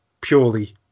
purely